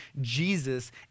Jesus